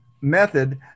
method